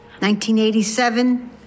1987